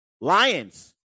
Lions